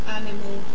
animal